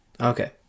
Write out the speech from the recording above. Okay